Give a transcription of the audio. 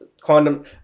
Quantum